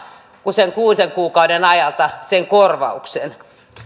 kuin kuuden kuukauden ajalta sen korvauksen